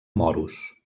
moros